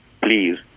Please